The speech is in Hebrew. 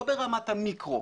לא ברמת המיקרו.